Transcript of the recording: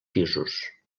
pisos